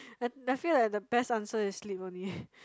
I feel like the best answer is sleep only